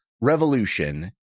revolution